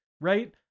right